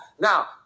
Now